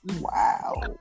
Wow